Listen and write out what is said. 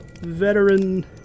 veteran